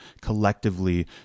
collectively